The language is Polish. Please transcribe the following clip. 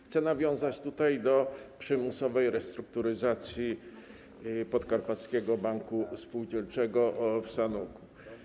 Chcę nawiązać tutaj do przymusowej restrukturyzacji Podkarpackiego Banku Spółdzielczego w Sanoku.